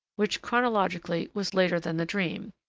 which chronologically was later than the dream,